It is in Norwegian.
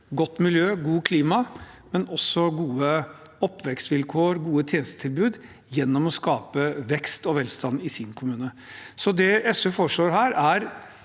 godt miljø, godt klima og også gode oppvekstvilkår, gode tjenestetilbud og å skape vekst og velstand i sin kommune. Så det SV foreslår her, er